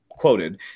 quoted